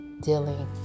dealing